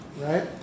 right